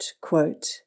quote